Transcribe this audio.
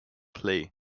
play